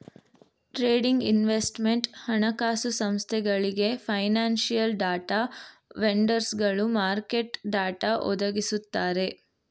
trading, investment, ಹಣಕಾಸು ಸಂಸ್ಥೆಗಳಿಗೆ, financial data ವೆಂಡರ್ಸ್ಗಳು ಮಾರ್ಕೆಟ್ ಡಾಟಾ ಒದಗಿಸುತ್ತಾರೆ